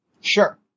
Sure